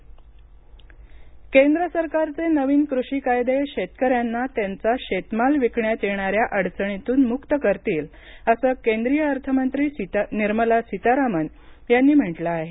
सीतारामन केंद्र सरकारचे नवीन कृषी कायदे शेतकऱ्यांना त्यांचा शेतमाल विकण्यात येणाऱ्या अडचणींतून मुक्त करतील असं केंद्रिय अर्थमंत्री निर्मला सीतारामन यांनी म्हटलं आहे